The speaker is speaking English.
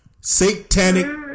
Satanic